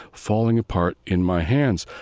falling apart in my hands.